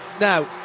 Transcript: Now